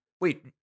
wait